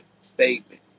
statement